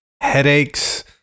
headaches